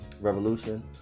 Revolution